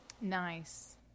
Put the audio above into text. Nice